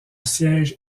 siège